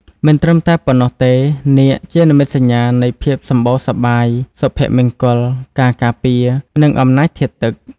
មិនត្រឹមតែប៉ុណ្ណោះទេ នាគ ជានិមិត្តសញ្ញានៃភាពសម្បូរសប្បាយ សុភមង្គល ការការពារ និងអំណាចធាតុទឹក។